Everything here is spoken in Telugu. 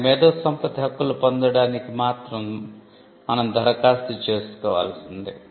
కాని మేధోసంపత్తి హక్కులు పొందడానికి మాత్రం మనం ధరఖాస్తు చేసుకోవాల్సిందే